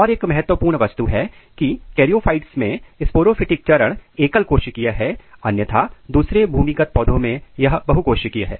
और एक महत्वपूर्ण वस्तु है की कैरीओंफाइट्स में स्पोरोफिटिक चरण एकल कोशिकीय है अन्यथा दूसरे भूमि पौधों में यह बहुकोशिकीय है